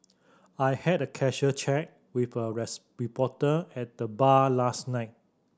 I had a casual chat with a rest reporter at the bar last night